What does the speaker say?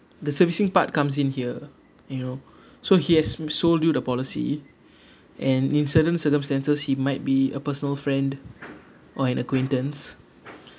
the servicing part comes in here you know so he has sold you the policy and in certain circumstances he might be a personal friend or an acquaintance